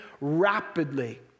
rapidly